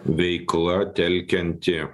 veikla telkianti